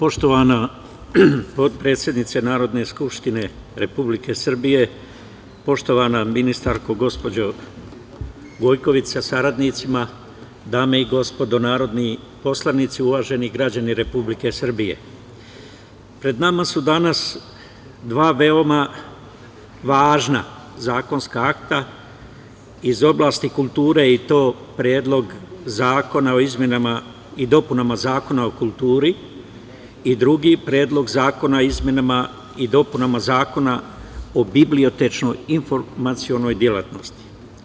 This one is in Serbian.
Poštovana potpredsednice Narodne skupštine Republike Srbije, poštovana ministarko, gospođo Gojković, sa saradnicima, dame i gospodo narodni poslanici, uvaženi građani Republike Srbije, pred nama su danas dva veoma važna zakonska akta iz oblasti kulture, i to Predlog zakona o izmenama i dopunama Zakona o kulturi i Predlog zakona o izmenama i dopunama Zakona o bibliotečko-informacionoj delatnosti.